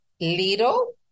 little